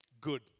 Good